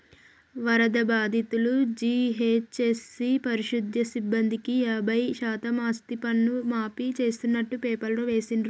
వరద బాధితులు, జీహెచ్ఎంసీ పారిశుధ్య సిబ్బందికి యాభై శాతం ఆస్తిపన్ను మాఫీ చేస్తున్నట్టు పేపర్లో వేసిండ్రు